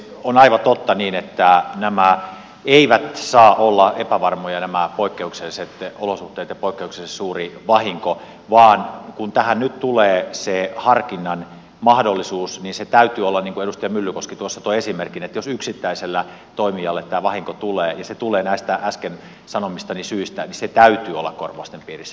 on aivan totta niin että poikkeukselliset olosuhteet ja poikkeuksellisen suuri vahinko eivät saa olla epävarmoja nämä poikkeukselliset työolosuhteita pakkauksen suuri vahinko vaan kun tähän nyt tulee se harkinnan mahdollisuus niin sen täytyy olla niin kuten edustaja myllykoski toi esimerkin että jos yksittäiselle toimijalle tämä vahinko tulee niin se tulee näistä äsken sanomistani syistä eli sen täytyy olla korvausten piirissä